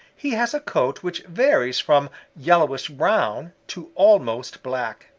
he has a coat which varies from yellowish-brown to almost black.